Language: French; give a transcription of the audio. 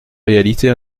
réalités